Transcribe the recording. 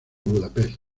budapest